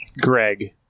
Greg